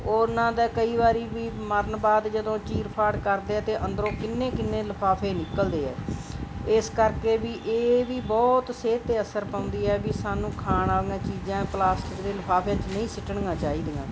ਉਹਨਾਂ ਦਾ ਕਈ ਵਾਰੀ ਵੀ ਮਰਨ ਬਾਅਦ ਜਦੋਂ ਚੀਰਫਾੜ ਕਰਦੇ ਹੈ ਅਤੇ ਅੰਦਰੋਂ ਕਿੰਨੇ ਕਿੰਨੇ ਲਿਫਾਫੇ ਨਿਕਲਦੇ ਹੈ ਇਸ ਕਰਕੇ ਵੀ ਇਹ ਵੀ ਬਹੁਤ ਸਿਹਤ 'ਤੇ ਅਸਰ ਪਾਉਂਦੀ ਹੈ ਵੀ ਸਾਨੂੰ ਖਾਣ ਵਾਲੀਆਂ ਚੀਜ਼ਾਂ ਪਲਾਸਟਿਕ ਦੇ ਲਿਫਾਫਿਆਂ 'ਚ ਨਹੀਂ ਸਿੱਟਣੀਆਂ ਚਾਹੀਦੀਆਂ